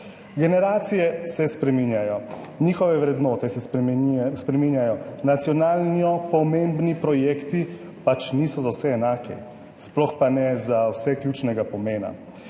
Generacije se spreminjajo, njihove vrednote se spreminjajo. Nacionalno pomembni projekti pač niso za vse enaki, sploh pa ne za vse ključnega pomena.